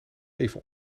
even